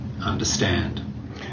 understand